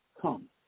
Come